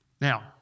Now